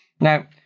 Now